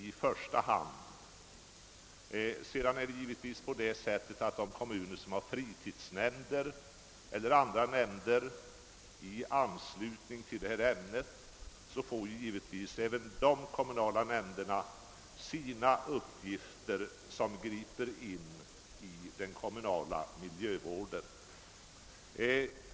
I de kommuner som dessutom har fritidsnämnder eller andra nämnder som rör miljöpolitiken tilldelas givetvis även dessa organ uppgifter som griper in i den kommunala miljövården.